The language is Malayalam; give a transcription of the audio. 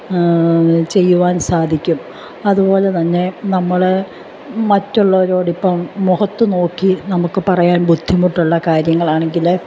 ചെയ്യുവാൻ സാധിക്കും അതുപോലെ തന്നെ നമ്മൾ മറ്റുള്ളവരോട് ഇപ്പം മുഖത്ത് നോക്കി നമുക്ക് പറയാൻ ബുദ്ധിമുട്ടുള്ള കാര്യങ്ങളാണെങ്കിൽ